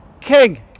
King